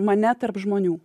mane tarp žmonių